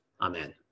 Amen